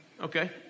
okay